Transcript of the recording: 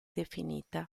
definita